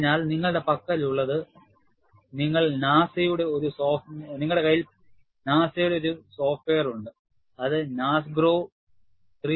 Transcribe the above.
അതിനാൽ നിങ്ങളുടെ പക്കലുള്ളത് നിങ്ങൾക്ക് നാസയുടെ ഒരു സോഫ്റ്റ്വെയർ ഉണ്ട് അത് നാസ്ഗ്രോ 3